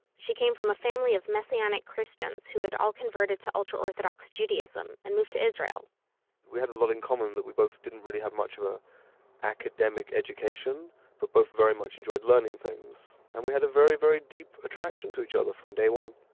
she came from a family of messianic christians who had all converted to ultra-orthodox judaism and moved to israel we had a lot in common in that we both didn't have much of an ah academic education but both very much enjoyed learning things. and we had a very very deep attraction to each other from day one